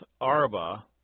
Arba